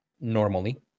normally